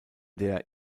der